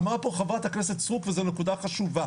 אמרה כאן חברת הכנסת סטרוק וזו נקודה חשובה,